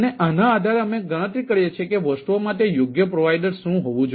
આના આધારે અમે ગણતરી કરીએ છીએ કે વસ્તુઓ માટે યોગ્ય પ્રોવાઇડર શું હોવું જોઈએ